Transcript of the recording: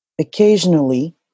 Occasionally